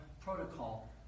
protocol